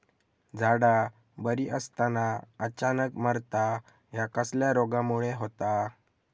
झाडा बरी असताना अचानक मरता हया कसल्या रोगामुळे होता?